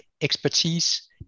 expertise